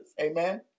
Amen